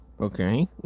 Okay